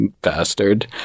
bastard